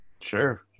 sure